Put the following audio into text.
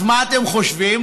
אז מה אתם חושבים,